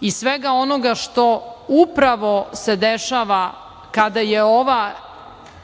i svega onoga što upravo se dešava kada je ova